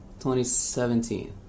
2017